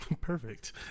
perfect